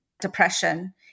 depression